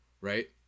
right